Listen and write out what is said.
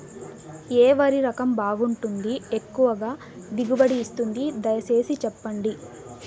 ఏ వరి రకం బాగుంటుంది, ఎక్కువగా దిగుబడి ఇస్తుంది దయసేసి చెప్పండి?